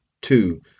Two